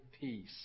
Peace